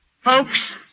Folks